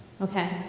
okay